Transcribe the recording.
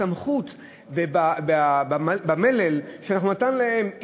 הסמכות ובמלל שאנחנו נתנו להם,